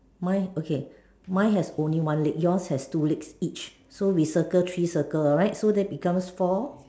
mine okay mine has only one leg yours has two leg each so we circle three circle alright so then it becomes four